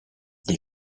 les